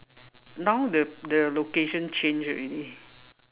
now the the location change already